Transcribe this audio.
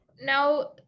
Now